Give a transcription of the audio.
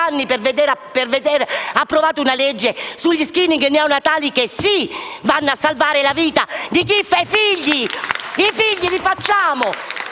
di veder approvata una legge sugli *screening* neonatali che salvano la vita di chi fa i figli. I figli li facciamo